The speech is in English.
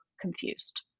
confused